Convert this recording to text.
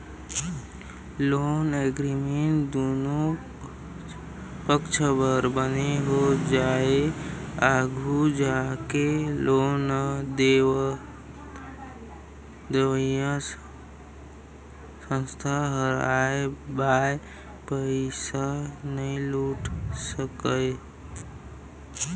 loan agreement दुनो पक्छ बर बने हो जाथे आघू जाके लोन देवइया संस्था ह आंय बांय पइसा नइ लूट सकय